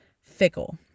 fickle